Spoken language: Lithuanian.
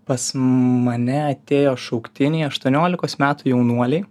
pas mane atėjo šauktiniai aštuoniolikos metų jaunuoliai